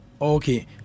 Okay